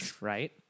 right